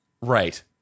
Right